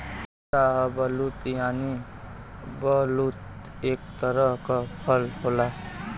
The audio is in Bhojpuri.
शाहबलूत यानि बलूत एक तरह क फल होला